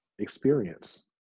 Experience